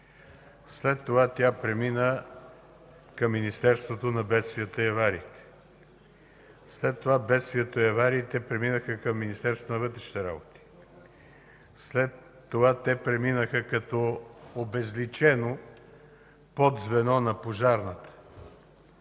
След това тя премина към Министерството на бедствията и авариите, след това бедствията и авариите преминаха към Министерството на вътрешните работи, след това те преминаха като обезличено подзвено на Пожарната.